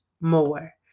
more